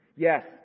Yes